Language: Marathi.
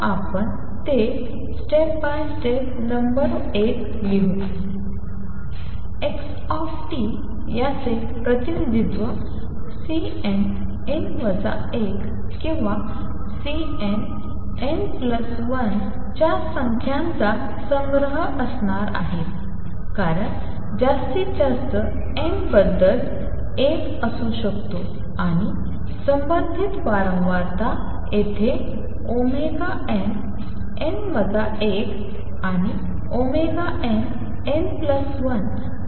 तर आपण ते स्टेप बाय स्टेप नंबर एक लिहू x याचे प्रतिनिधित्व Cnn 1 किंवा Cnn1 च्या संख्यांचा संग्रह असणार आहे कारण जास्तीत जास्त n बदल 1 असू शकतो आणि संबंधित वारंवारता येथे nn 1 आणिnn1